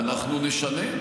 האם תכנס את הוועדה?